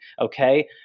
Okay